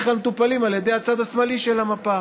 כלל מטופלים על ידי הצד השמאלי של המפה.